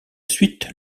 suite